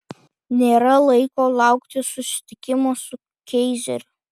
nėra laiko laukti susitikimo su keizeriu